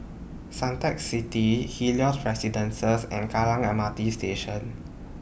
Suntec City Helios Residences and Kallang M R T Station